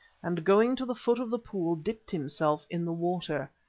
and, going to the foot of the pool, dipped himself in the water.